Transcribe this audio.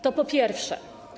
To po pierwsze.